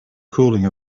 cooling